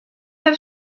have